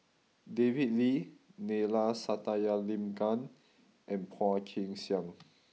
David Lee Neila Sathyalingam and Phua Kin Siang